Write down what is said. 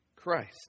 Christ